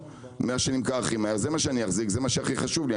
מה שנמכר הכי מהר אלו הספקים שאני אחזיק וזה מה שחשוב לי,